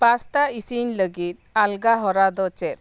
pasta ᱤᱥᱤᱱ ᱞᱟᱹᱜᱤᱫ ᱟᱞᱜᱟ ᱦᱚᱨᱟ ᱫᱚ ᱪᱮᱫ